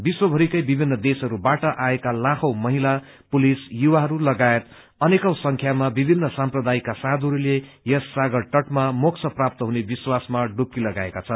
विश्वभरिकै विभिन्न देशहरूबाट आएका लाखौं महिला पुरूष युवाहरू लगायत अनेकौ संख्यामा विभिन्न सम्प्रदायका साधुहरूले यस सागरतटमा मोक्ष प्राप्त हुने विश्वासमा डुबकी लगाएका छन्